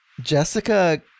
Jessica